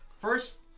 first